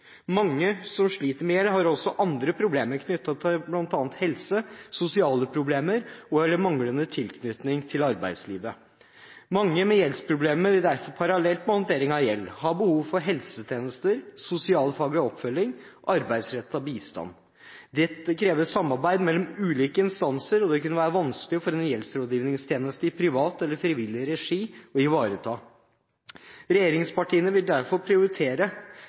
Mange som sliter med gjeld, har også andre problemer, knyttet til bl.a. helse, sosiale problemer eller manglende tilknytning til arbeidslivet. Mange med gjeldsproblemer vil derfor parallelt med håndtering av gjeld ha behov for helsetjenester, sosialfaglig oppfølging og arbeidsrettet bistand. Det krever samarbeid mellom ulike instanser, og det kan det være vanskelig for en gjeldsrådgivningstjeneste i privat eller frivillig regi å ivareta. Regjeringspartiene vil derfor prioritere